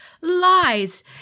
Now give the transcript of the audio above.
lies